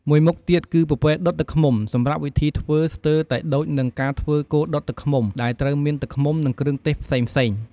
មួយមុខទៀត គឺពពែដុតទឹកឃ្មុំ សម្រាប់វិធីធ្វើ ស្ទើរតែដូចនឹងការធ្វើគោដុតទឹកឃ្មុំ ដែលត្រូវមានទឹកឃ្មុំ និងគ្រឿងទេសផ្សេងៗ។